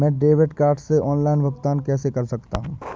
मैं debit card से online भुगतान कैसे कर सकता हूँ?